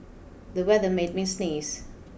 the weather made me sneeze